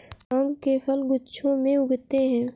लौंग के फल गुच्छों में उगते हैं